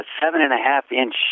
seven-and-a-half-inch